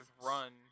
run